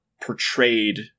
portrayed